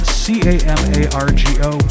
c-a-m-a-r-g-o